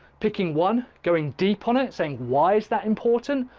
picking one going deep on it saying, why is that important?